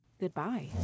goodbye